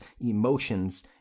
emotions